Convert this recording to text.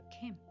Kim